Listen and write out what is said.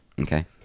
Okay